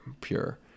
pure